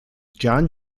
john